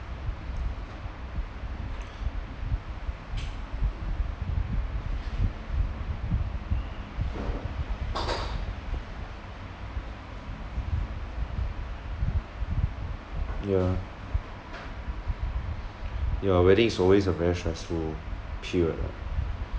yeah yeah wedding is always a very stressful period ah